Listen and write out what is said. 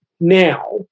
Now